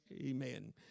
Amen